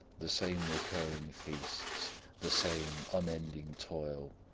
the same recurring feasts the same unending toil!